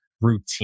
Routine